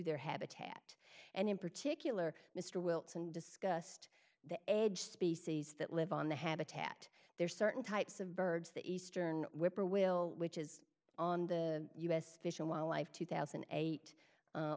their habitat and in particular mr wilson discussed the edge species that live on the habitat there are certain types of birds the eastern whippoorwill which is on the u s fish and wildlife two thousand and eight